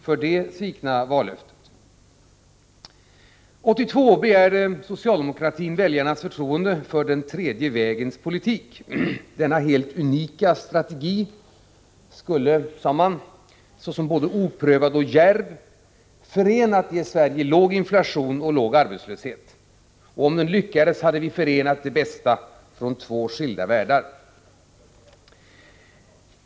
1982 begärde socialdemokratin väljarnas förtroende för ”den tredje vägens politik”. Denna helt unika strategi skulle, sade man, såsom både oprövad och djärv förena strävandena att ge Sverige låg inflation och att ge oss låg arbetslöshet. Om den lyckades hade vi förenat det bästa från två skilda världar.